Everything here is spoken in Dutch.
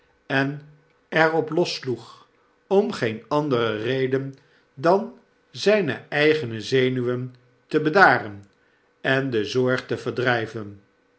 en er op los sloeg om geen andere reden dan zpe eigene zenuwen te bedaren en de zorg te verdryven